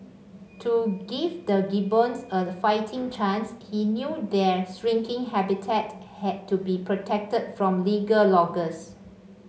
to give the gibbons a fighting chance he knew their shrinking habitat had to be protected from legal loggers